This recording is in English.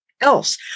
else